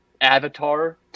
avatar